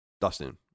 Dustin